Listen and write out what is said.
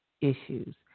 issues